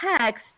text